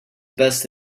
best